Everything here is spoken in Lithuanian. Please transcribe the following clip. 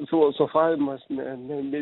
filosofavimas ne ne ne